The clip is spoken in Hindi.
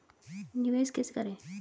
निवेश कैसे करें?